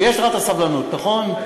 ויש לך הסבלנות, נכון?